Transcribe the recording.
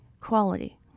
quality